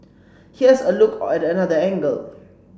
here's a look at another angle